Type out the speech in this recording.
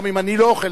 גם אם אני לא אוכל,